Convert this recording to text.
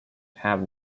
have